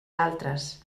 altres